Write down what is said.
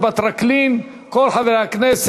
הצעת